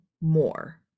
more